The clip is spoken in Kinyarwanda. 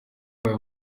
abaye